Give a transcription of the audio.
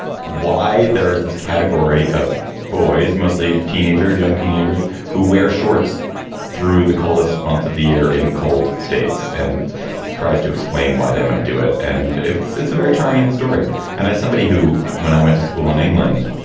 why there is this category of boys, mostly teenagers, young teenagers who wear shorts through the coldest months of the year in cold states and tries to explain why they might do it. and if it's a very charming story and as somebody who when i went to school in england,